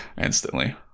Instantly